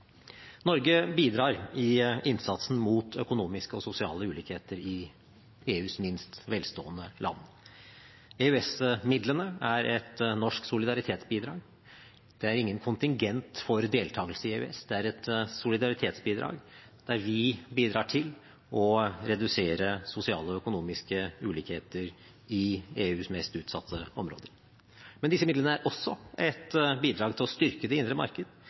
Norge bidrar i innsatsen mot økonomiske og sosiale ulikheter i EUs minst velstående land. EØS-midlene er et norsk solidaritetsbidrag. Det er ingen kontingent for deltagelse i EØS, det er et solidaritetsbidrag der vi bidrar til å redusere sosiale og økonomiske ulikheter i EUs mest utsatte områder. Men disse midlene er også et bidrag til å styrke det indre marked,